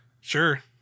sure